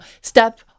step